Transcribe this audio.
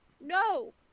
No